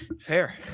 Fair